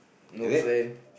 no plan